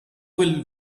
will